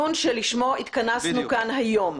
אני רוצה שנתמקד בדיון שלשמו התכנסנו כאן היום.